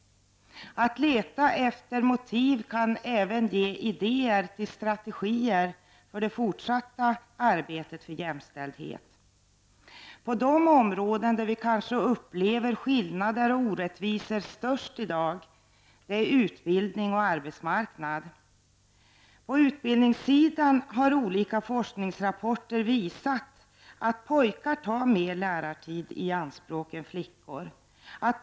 Att leta efter motiv kan även ge idéer till strategi för det fortsatta arbetet för jämställdhet. De områden där vi kanske upplever skillnader och orättvisor störst i dag är utbildning och arbetsmarknad. På utbildningssidan har olika forskningsrapporter visat att pojkar tar mer lärartid i anspråk än flickor.